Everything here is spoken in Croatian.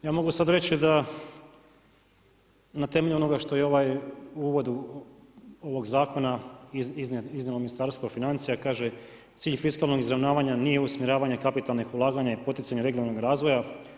Ja mogu sad reći da na temelju onoga što je ovaj uvod ovog zakona iznijelo Ministarstvo financija, kaže cilj fiskalnog izravnavanja nije usmjeravanje kapitalnog ulaganja i poticanje regionalnog razvoja.